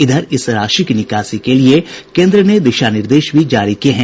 इधर इस राशि की निकासी के लिये केंद्र ने दिशा निर्देश भी जारी किये हैं